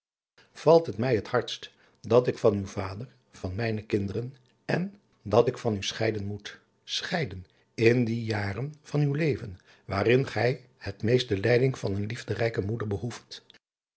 valt het mij het hardst dat ik van uw vader van mijne kinderen en dat ik van u scheiden moet scheiden in die jaren van uw leven waarin gij het meest de leiding van eene liefderijke moeder behoeft